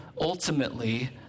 ultimately